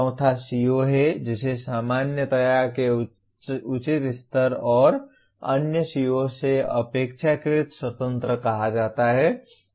चौथा CO है जिसे सामान्यता के उचित स्तर और अन्य CO से अपेक्षाकृत स्वतंत्र कहा जाता है